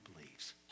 believes